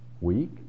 week